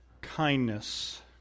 kindness